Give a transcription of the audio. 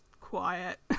quiet